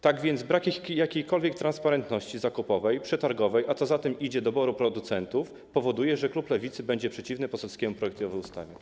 Tak więc brak jakiejkolwiek transparentności zakupowej, przetargowej, a co za tym idzie - doboru producentów powoduje, że klub Lewicy będzie przeciwny poselskiemu projektowi ustawy.